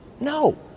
No